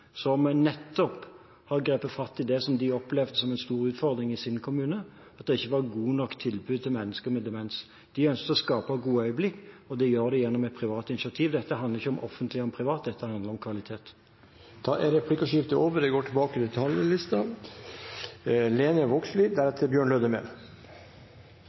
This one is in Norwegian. i nettopp det de opplevde som en stor utfordring i sin kommune, at det ikke var gode nok tilbud til mennesker med demens. De ønsket å skape Gode Øyeblikk, og det gjør de gjennom et privat initiativ. Dette handler ikke om offentlig og om privat, dette handler om kvalitet. Da er replikkordskiftet over. «By og land – hand i hand» – det